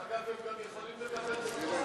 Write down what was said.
אגב, הם גם יכולים לקבל שכר,